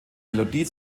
melodie